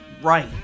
right